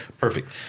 perfect